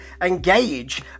engage